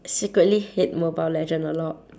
secretly hate mobile legend a lot